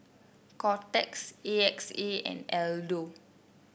Kotex A X A and Aldo